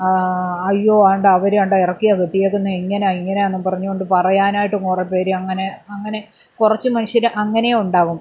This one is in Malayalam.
അയ്യോ ആണ്ടെ അവർ ആണ്ടേ ഇറക്കിയാണ് കെട്ടിയിരിക്കുന്നത് ഇങ്ങനെയാണ് ഇങ്ങനെയാണെന്നും പറഞ്ഞുകൊണ്ട് പറയാനായിട്ടും കുറേപ്പേർ അങ്ങനെ അങ്ങനെ കുറച്ചു മനുഷ്യർ അങ്ങനേയും ഉണ്ടാവും